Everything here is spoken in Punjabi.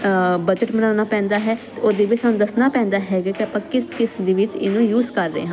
ਬਜਟ ਬਣਾਉਣਾ ਪੈਂਦਾ ਹੈ ਤੇ ਉਹਦੇ ਵੀ ਸਾਨੂੰ ਦੱਸਣਾ ਪੈਂਦਾ ਹੈਗਾ ਕਿ ਆਪਾਂ ਕਿਸ ਕਿਸ ਦੇ ਵਿੱਚ ਇਹਨੂੰ ਯੂਜ ਕਰ ਰਹੇ ਹਾਂ